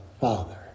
Father